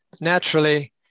naturally